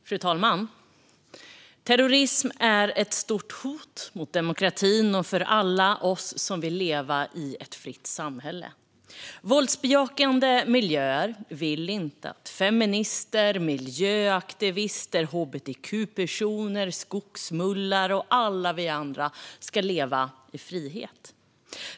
Fru talman! Terrorism är ett stort hot mot demokratin och alla oss som vill leva i ett fritt samhälle. I våldsbejakande miljöer vill man inte att feminister, miljöaktivister, hbtq-personer, skogsmullar och alla vi andra ska leva i frihet.